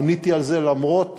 עניתי על זה למרות